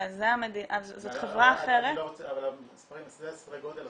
אז זאת חברה אחרת --- אלה סדרי הגודל,